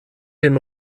den